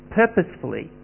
purposefully